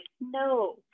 No